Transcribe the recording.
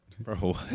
Bro